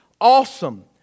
awesome